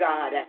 God